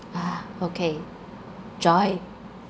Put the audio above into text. !huh! okay joy